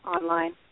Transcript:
online